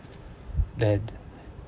then